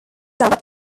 direct